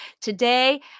Today